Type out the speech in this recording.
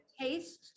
Taste